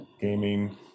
gaming